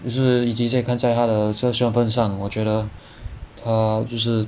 就是以及在看在他的我觉得他就是